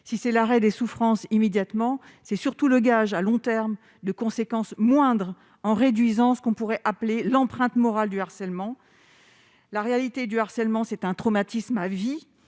si c'est l'arrêt des souffrances immédiatement, c'est surtout le gage, à long terme de conséquences moindres en réduisant ce qu'on pourrait appeler l'empreinte moral, du harcèlement, la réalité du harcèlement, c'est un traumatisme à vie,